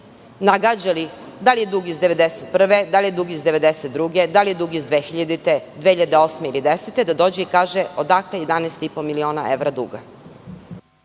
nagađali da li je dug iz 1991, da li je dug iz 1992, da li je dug iz 2000, 2008. ili 2010. godine, da dođe i kaže odakle 11,5 miliona evra duga.